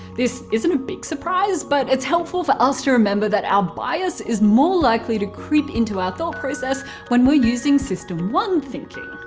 this isn't a big surprise, but it's helpful for us to remember that our bias is more likely to creep into our thought process when we're using system one thinking.